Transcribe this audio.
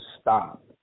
stop